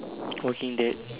walking dead